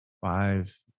five